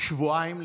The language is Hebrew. שבועיים לפני.